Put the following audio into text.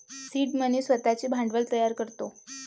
seed money स्वतःचे भांडवल तयार करतो